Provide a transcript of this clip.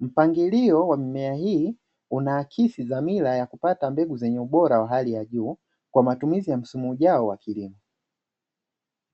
Mpangilio wa mimea hii unaakisi dhamira ya kupata mbegu zenye ubora wa hali ya juu, kwa matumizi ya msimu ujao wa kilimo.